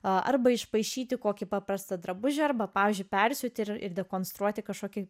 arba išpaišyti kokį paprastą drabužį arba pavyzdžiui persiūti ir dekonstruoti kažkokį